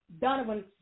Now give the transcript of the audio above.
Donovan